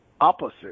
opposite